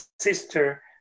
sister